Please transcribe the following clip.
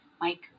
Mike